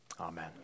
Amen